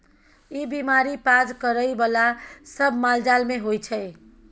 ई बीमारी पाज करइ बला सब मालजाल मे होइ छै